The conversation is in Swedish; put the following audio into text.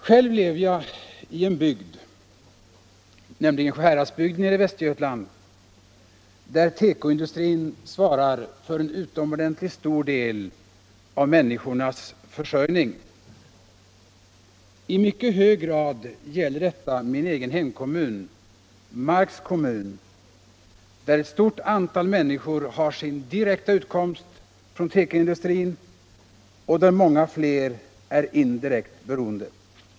Själv lever jag i en bygd, Sjuhäradsbygden i Västergötland, där tekoindustrin svarar för en utomordentligt stor del av människornas försörjning. I mycket hög grad gäller det min egen hemkommun, Marks kommun, där ett stort antal människor har sin direkta utkomst från tekoindustrin och där många fler är indirekt beroende av den.